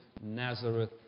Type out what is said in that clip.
Nazareth